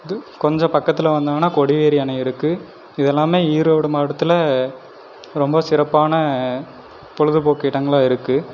து கொஞ்சம் பக்கத்தில் வந்தீங்கன்னால் கொடிவேரி அணை இருக்குது இது எல்லாமே ஈரோடு மாவட்டத்தில் ரொம்ப சிறப்பான பொழுதுபோக்கு இடங்களாக இருக்குது